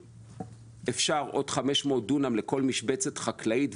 אפשר עוד 500 דונם לכל משבצת חקלאית,